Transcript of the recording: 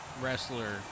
wrestler